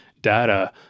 data